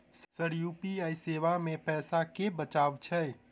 Sir UPI सेवा मे पैसा केँ बचाब छैय?